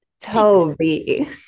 toby